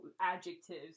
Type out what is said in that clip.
adjectives